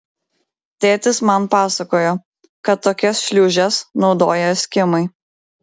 tėtis man pasakojo kad tokias šliūžes naudoja eskimai